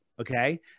okay